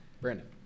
Brandon